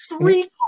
three